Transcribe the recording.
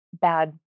bad